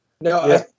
No